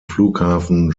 flughafen